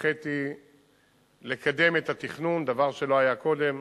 הנחיתי לקדם את התכנון, דבר שלא היה קודם,